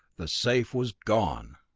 the safe was gone!